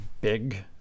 big